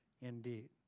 indeed